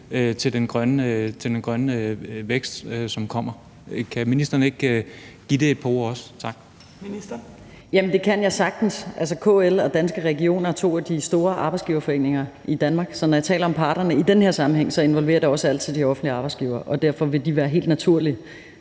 11:48 Børne- og undervisningsministeren (Pernille Rosenkrantz-Theil): Jamen det kan jeg sagtens. KL og Danske Regioner er to af de store arbejdsgivere i Danmark. Så når jeg taler om parterne i den her sammenhæng, involverer det også altid de offentlige arbejdsgivere, og derfor vil de helt naturligt